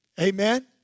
Amen